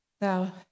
Now